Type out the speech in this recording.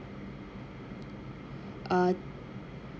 uh